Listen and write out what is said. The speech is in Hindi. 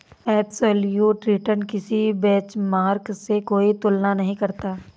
एबसोल्यूट रिटर्न किसी बेंचमार्क से कोई तुलना नहीं करता